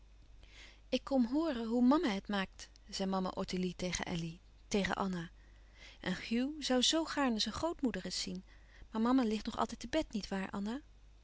ik kom hooren hoe mama het maakt zei mama ottilie tegen elly tegen anna en hugh zoû zoo gaarne zijn grootmoeder eens zien maar mama ligt nog altijd te bed nietwaar anna